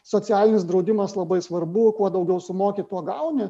socialinis draudimas labai svarbu kuo daugiau sumoki tuo gauni